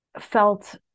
felt